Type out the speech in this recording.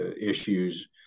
issues